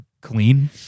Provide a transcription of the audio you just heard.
clean